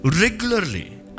regularly